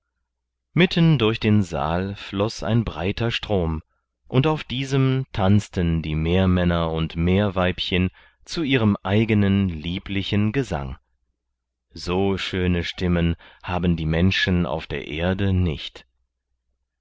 mitten durch den saal floß ein breiter strom und auf diesem tanzten die meermänner und meerweibchen zu ihrem eigenen lieblichen gesang so schöne stimmen haben die menschen auf der erde nicht